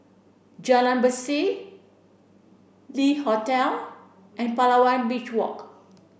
Jalan Berseh Le Hotel and Palawan Beach Walk